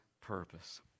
purpose